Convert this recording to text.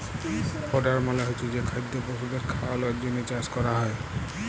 fodder মালে হচ্ছে যে খাদ্য পশুদের খাওয়ালর জন্হে চাষ ক্যরা হ্যয়